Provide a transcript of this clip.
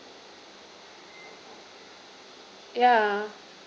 ya